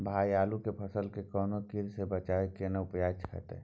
भाई आलू के फसल के कौनुआ कीरा से बचाबै के केना उपाय हैयत?